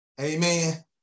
Amen